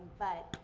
but,